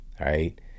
right